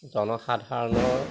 জনসাধাৰণৰ